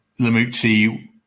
Lamucci